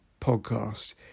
podcast